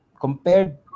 compared